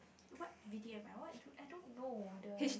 what B T M I what I don't know the